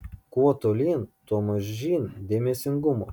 kuo tolyn tuo mažyn dėmesingumo